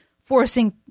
forcing